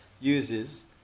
uses